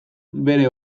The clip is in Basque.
bere